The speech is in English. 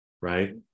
right